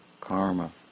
karma